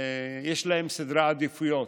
יש להם סדרי עדיפויות.